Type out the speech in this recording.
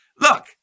Look